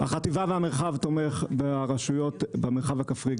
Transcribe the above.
החטיבה והמרחב תומכים ברשויות במרחב הכפרי,